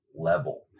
level